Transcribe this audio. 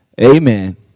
Amen